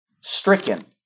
stricken